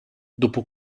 dopo